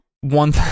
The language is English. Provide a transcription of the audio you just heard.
one